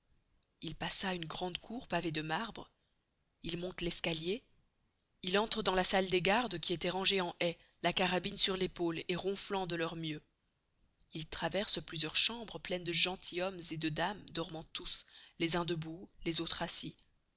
il passe une grande cour pavée de marbre il monte l'escalier il entre dans la salle des gardes qui estoient rangez en haye la carabine sur l'épaule et ronflans de leur mieux il traverse plusieurs chambres pleines de gentils hommes et de dames dormans tous les uns debout les autres assis